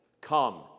come